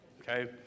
Okay